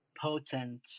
potent